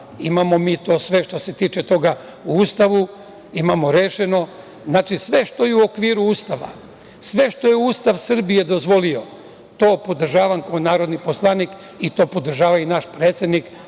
Imamo to sve što se tiče toga u Ustavu, imamo rešeno. Znači sve što je u okviru Ustava, sve što je Ustav Srbije dozvolio, to podržavam kao narodni poslanik i to podržava i naš predsednik